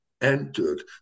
entered